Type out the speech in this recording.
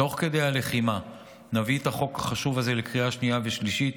תוך כדי הלחימה נביא את החוק החשוב הזה לקריאה שנייה ושלישית,